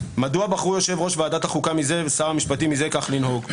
מדוע בחרו יושב-ראש ועדת החוקה מזה ושר המשפטים מזה כך לנהוג?